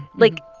like,